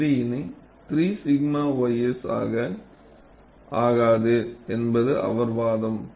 இது இனி 3 𝛔 ys ஆகாது என்பது அவர் வாதம்